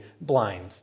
blind